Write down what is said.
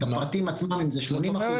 את הפרטים עצמם אם זה שמונים אחוז,